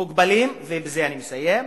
מוגבלים ערבים, ובזה אני מסיים,